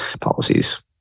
policies